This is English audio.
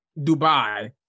Dubai